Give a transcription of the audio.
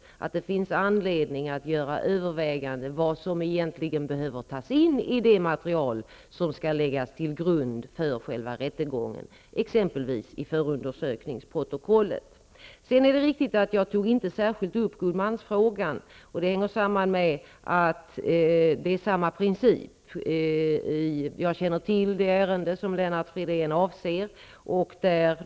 Jag menar att det finns anledning att överväga vad som egentligen behöver tas med i det material som skall läggas till grund för själva rättegången, exempelvis i förundersökningsprotokollet. Det är riktigt att jag inte särskilt tagit upp frågan om tillsättande av god man. Det beror på att det är fråga om samma princip. Jag känner till det ärende som Lennart Fridén avser.